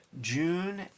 June